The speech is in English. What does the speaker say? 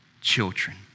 children